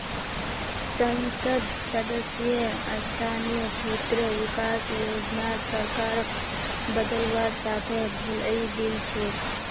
संसद सदस्य स्थानीय क्षेत्र विकास योजनार सरकारक बदलवार साथे भुलई दिल छेक